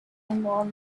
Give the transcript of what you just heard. involve